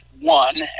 one